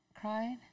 Cried